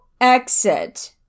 exit